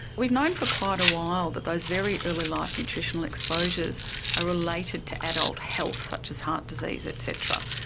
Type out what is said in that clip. we've known for quite a while that those very early life nutritional exposures are related to adult health, such as heart disease et cetera.